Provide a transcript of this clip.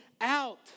out